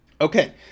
Okay